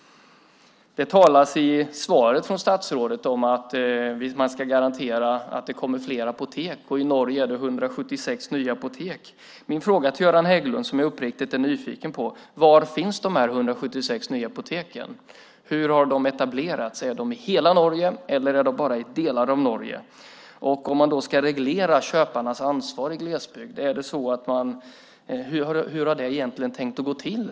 Det talas i svaret från statsrådet om att man ska garantera att det kommer fler apotek och att det i Norge finns 176 nya apotek. Min fråga till Göran Hägglund är, och som är jag uppriktigt nyfiken på: Var finns de 176 nya apoteken? Hur har de etablerats? Är det i hela Norge eller är det bara i delar av Norge? Om man ska reglera köparnas ansvar i glesbygd, hur ska det egentligen gå till?